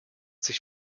sich